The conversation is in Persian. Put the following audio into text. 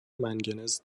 منگنز